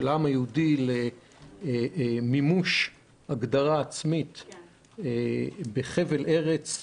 העם היהודי למימוש הגדרה עצמית בחבל ארץ,